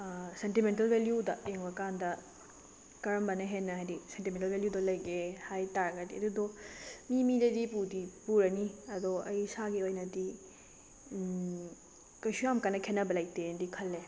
sentimental ꯚꯦꯂꯨꯗ ꯌꯦꯡꯉꯨꯔꯀꯥꯟꯗ ꯀꯔꯝꯕꯅ ꯍꯦꯟꯅ ꯍꯥꯏꯗꯤ ꯁꯦꯟꯇꯤꯃꯦꯟꯇꯦꯜ ꯚꯦꯂꯨꯗꯣ ꯂꯩꯒꯦ ꯍꯥꯏ ꯇꯥꯔꯒꯗꯤ ꯑꯗꯨꯗꯣ ꯃꯤꯃꯤꯗꯗꯤ ꯄꯨꯗꯤ ꯄꯨꯔꯅꯤ ꯑꯗꯣ ꯑꯩ ꯏꯁꯥꯒꯤ ꯑꯣꯏꯅꯗꯤ ꯀꯩꯁꯨ ꯌꯥꯝ ꯀꯟꯅ ꯈꯦꯠꯅꯕ ꯂꯩꯇꯦꯅꯗꯤ ꯈꯜꯂꯦ